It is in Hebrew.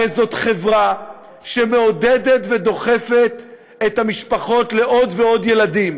הרי זאת חברה שמעודדת ודוחפת את המשפחות לעוד ועוד ילדים.